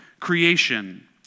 creation